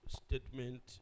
statement